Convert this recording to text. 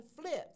flips